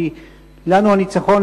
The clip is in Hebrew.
כי לנו הניצחון,